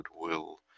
goodwill